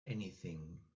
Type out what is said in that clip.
anything